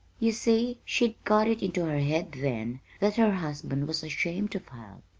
you see, she'd got it into her head then that her husband was ashamed of her.